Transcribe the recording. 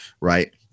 right